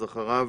אז אחריו